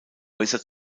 häuser